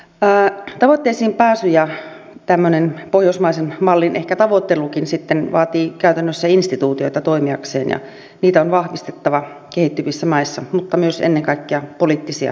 tavoitteisiin pääsy ja ehkä pohjoismaisen mallin tavoittelukin sitten vaatii käytännössä instituutioita toimiakseen ja niitä on vahvistettava kehittyvissä maissa mutta myös ennen kaikkea poliittisia demokraattisia instituutioita